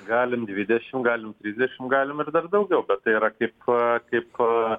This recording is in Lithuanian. galim dvidešimt galim trisdešimt galim ir dar daugiau bet tai yra kaip kaip